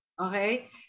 Okay